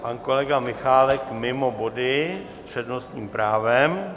Pan kolega Michálek mimo body s přednostním právem.